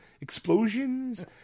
explosions